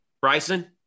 Bryson